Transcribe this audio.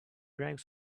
drank